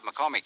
McCormick